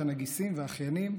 וכן הגיסים והאחיינים,